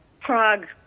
Prague